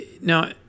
now